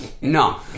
no